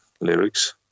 lyrics